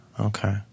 Okay